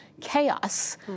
chaos